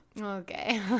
Okay